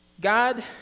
God